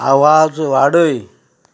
आवाज वाडय